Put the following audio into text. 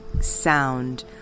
sound